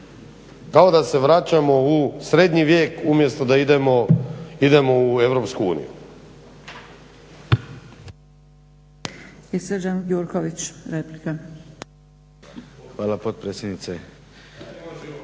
Kao da se vraćamo u srednji vijek umjesto da idemo u EU.